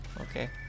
Okay